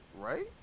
Right